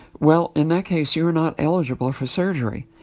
well, in that case, you're not eligible for surgery.